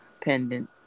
pendant